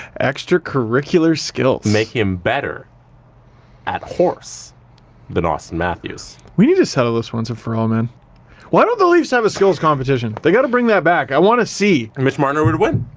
extracurricular skills? make him better at horse than auston matthews. we need to settle this once and for all, man. why don't the leafs have a skills competition? they got to bring that back. i want to see. mitch marner would win.